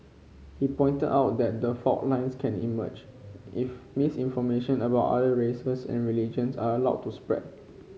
he pointed out that the fault lines can emerge if misinformation about other races and religions are allowed to spread